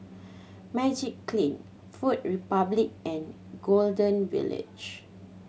Magiclean Food Republic and Golden Village